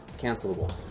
cancelable